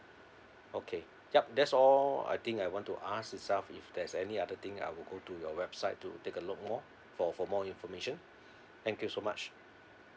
okay yup that's all I think I want to ask itself if there's any other thing I will go to your website to take a look more for for more information thank you so much